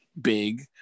big